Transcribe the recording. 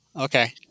Okay